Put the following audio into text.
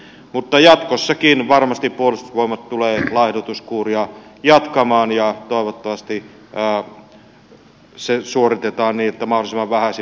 mutta jatkossakin varmasti puolustusvoimat tulee laihdutuskuuria jatkamaan ja toivottavasti se suoritetaan niin että mahdollisimman vähäisin vaurioin selvitään